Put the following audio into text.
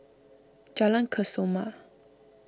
Jalan Kesoma